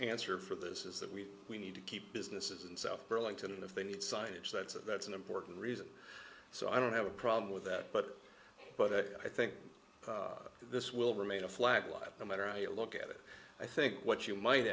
answer for this is that we we need to keep businesses in south burlington if they need signage that's it that's an important reason so i don't have a problem with that but but i think this will remain a flag like the matter how you look at it i think what you might